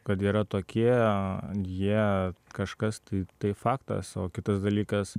kad yra tokie jie kažkas tai tai faktas o kitas dalykas